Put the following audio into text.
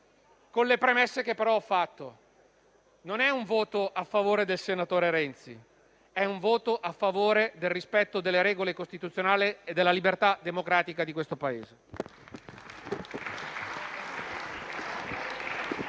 con le premesse che però ho fatto: non è un voto a favore del senatore Renzi, ma è un voto a favore del rispetto delle regole costituzionali e della libertà democratica di questo Paese.